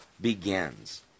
begins